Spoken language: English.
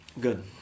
Good